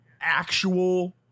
Actual